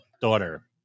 daughter